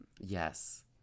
Yes